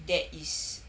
that is